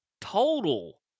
total